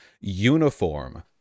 uniform